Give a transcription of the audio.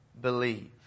believe